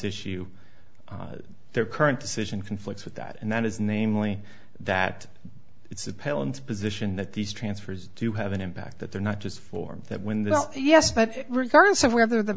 issue their current decision conflicts with that and that is namely that it's appellant position that these transfers do have an impact that they're not just for that when they're yes but regardless of whether the